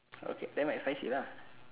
okay then buy Mcspicy lah